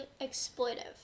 exploitive